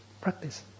practice